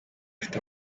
afite